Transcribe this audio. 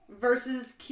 versus